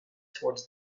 towards